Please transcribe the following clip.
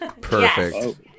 Perfect